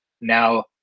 now